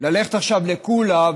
ללכת עכשיו לקולא,